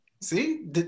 See